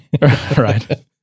Right